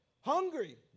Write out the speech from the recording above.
Hungry